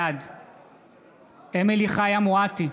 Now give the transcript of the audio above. בעד אמילי חיה מואטי,